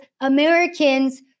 Americans